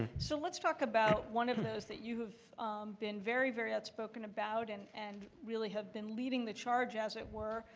so let's talk about one of those that you have been very, very outspoken about, and and really have been leading the charge as it were,